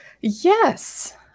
Yes